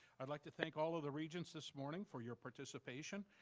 i'd like to thank all of the regents this morning for your participation.